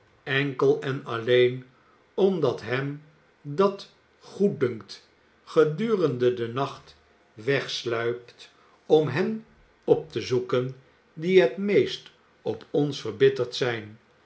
enkel en alleen omdat hem dat goeddunkt gedurende den nacht wegsluipt om hen op te zoeken die het meest op ons verbitterd zijn